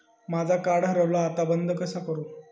माझा कार्ड हरवला आता बंद कसा करू?